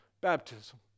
baptism